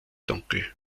dunkel